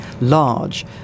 large